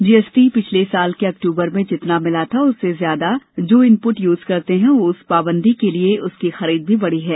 GST पिछले साल के अक्टूबर में जितना मिला था उससे ज्यादा जो इनपुट यूज करते हैं उस पाबंदी के लिए उसकी खरीद भी बढ़ी है